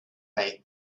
they